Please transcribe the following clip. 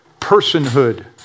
personhood